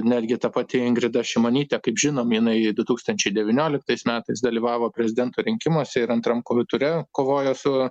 netgi ta pati ingrida šimonytė kaip žinom jinai du tūkstančiai devynioliktais metais dalyvavo prezidento rinkimuose ir antram ture kovojo su